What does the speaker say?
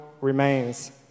remains